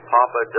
Papa